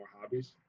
hobbies